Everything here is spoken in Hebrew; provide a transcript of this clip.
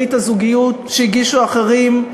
ברית הזוגיות שהגישו אחרים,